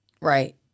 Right